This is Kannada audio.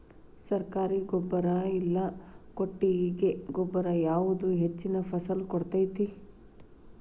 ಸರ್ಕಾರಿ ಗೊಬ್ಬರ ಇಲ್ಲಾ ಕೊಟ್ಟಿಗೆ ಗೊಬ್ಬರ ಯಾವುದು ಹೆಚ್ಚಿನ ಫಸಲ್ ಕೊಡತೈತಿ?